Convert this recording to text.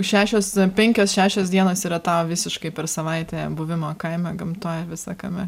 šešios penkios šešios dienos yra tau visiškai per savaitę buvimo kaime gamtoj visa kame